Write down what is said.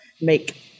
make